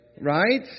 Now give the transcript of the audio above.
Right